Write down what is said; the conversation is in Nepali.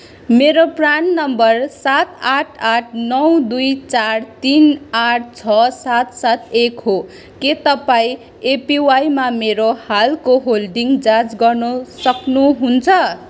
मेरो प्रान नम्बर सात आठ आठ नौ दुई चार तिन आठ छ सात सात एक हो के तपाईँँ एपिवाईमा मेरो हालको होल्डिङ जाँच गर्न सक्नुहुन्छ